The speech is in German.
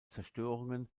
zerstörungen